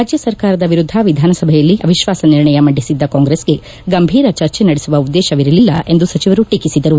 ರಾಜ್ಯ ಸರ್ಕಾರದ ವಿರುದ್ಧ ವಿಧಾನಸಭೆಯಲ್ಲಿ ಅವಿಶ್ವಾಸ ನಿರ್ಣಯ ಮಂಡಿಸಿದ್ದ ಕಾಂಗ್ರೆಸ್ಗೆ ಗಂಭೀರ ಚರ್ಚೆ ನಡೆಸುವ ಉದ್ದೇಶವಿರಲಿಲ್ಲ ಎಂದು ಸಚಿವರು ಟೀಕಿಸಿದರು